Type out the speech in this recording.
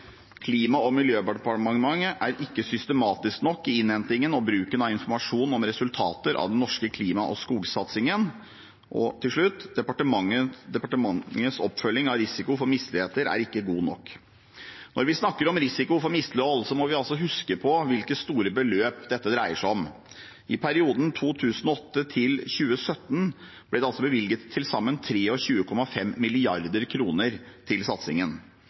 Klima- og miljødepartementet er ikke systematisk nok i innhentingen og bruken av informasjon om resultater av den norske klima- og skogsatsingen. Departementenes oppfølging av risiko for misligheter er ikke god nok. Når vi snakker om risiko for mislighold, må vi huske hvilke store beløp det dreier seg om. I perioden 2008–2017 ble det bevilget til sammen 23,5 mrd. kr til satsingen.